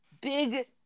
Big